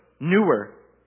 newer